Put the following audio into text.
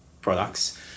products